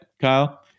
Kyle